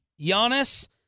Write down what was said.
Giannis